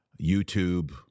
YouTube